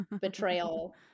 betrayal